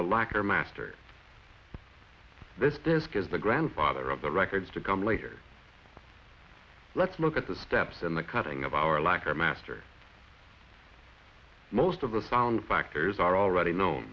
black or master this this gives the grandfather of the records to come later let's look at the steps in the cutting of our lack of mastery most of the sound factors are already know